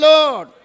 Lord